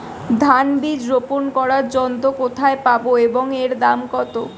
ধান বীজ রোপন করার যন্ত্র কোথায় পাব এবং এর দাম কত?